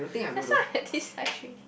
that's sound like fatty actually